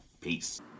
Peace